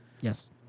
Yes